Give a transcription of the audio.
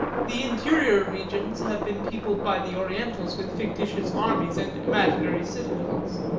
the interior regions have been peopled by the orientals with fictitious armies and imaginary citadels.